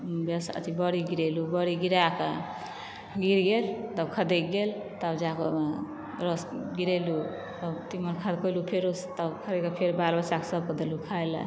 बेसन अथी बड़ी गीरेलूँ बड़ी गीरैक गीर गेल तब खदैक गेल तब जाके ओहिमे रस गीरेलूँ तब तीमन खदकेलहुॅं फेरो सॅं तब काढ़ि के बाल बच्चा सबके देलहुॅं खाय लेल